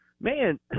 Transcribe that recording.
Man